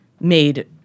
made